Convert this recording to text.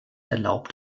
erlaubt